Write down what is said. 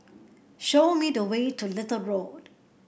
show me the way to Little Road